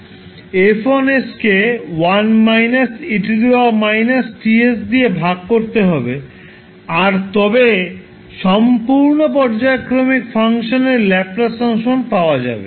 F1কে 1 e − T s দিয়ে ভাগ করতে হবে আর তবে সম্পূর্ণ পর্যায়ক্রমিক ফাংশনের ল্যাপ্লাস ট্রান্সফর্ম পাওয়া যাবে